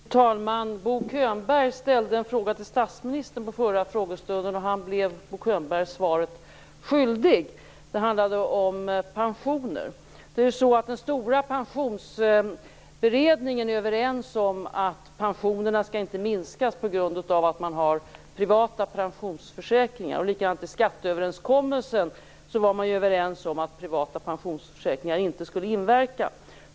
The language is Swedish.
Fru talman! Bo Könberg ställde en fråga till statsministern under den förra frågestunden, men statsministern blev Bo Könberg svaret skyldig. Det handlade om pensioner. I den stora pensionsberedningen är man överens om att pensionerna inte skall minskas på grund av privata pensionsförsäkringar. På samma sätt var man i skatteöverenskommelsen överens om att privata pensionsförsäkringar inte skulle ha någon inverkan.